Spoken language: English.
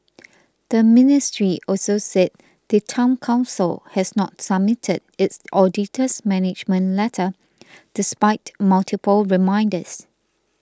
the ministry also said the Town Council has not submitted its auditor's management letter despite multiple reminders